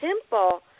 simple